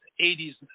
80s